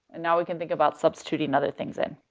and now we can think about substituting other things in.